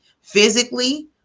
physically